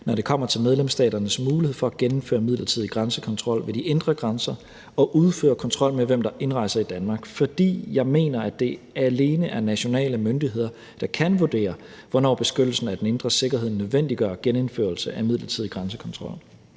når det kommer til medlemsstaternes mulighed for at genindføre midlertidig grænsekontrol ved de indre grænser og udføre kontrol med, hvem der indrejser i Danmark, fordi jeg mener, at det alene er nationale myndigheder, der kan vurdere, hvornår beskyttelsen af den indre sikkerhed nødvendiggør genindførelse af midlertidig grænsekontrol.